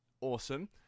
awesome